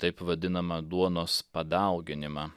taip vadinamą duonos padauginimą